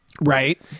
Right